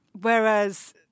Whereas